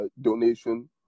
donation